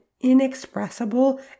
inexpressible